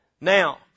Now